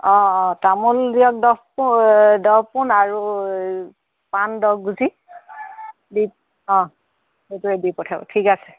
অঁ অঁ তামোল দিয়ক দহ পোণ এই দহ পোণ আৰু পাণ দহ গুচি অঁ সেইটোৱে দি পঠাব ঠিক আছে